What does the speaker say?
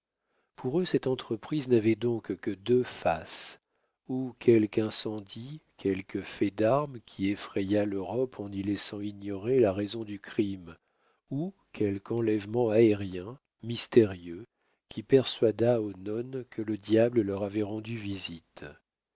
pour eux cette entreprise n'avait donc que deux faces ou quelque incendie quelque fait d'armes qui effrayât l'europe en y laissant ignorer la raison du crime ou quelque enlèvement aérien mystérieux qui persuadât aux nonnes que le diable leur avait rendu visite